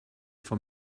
for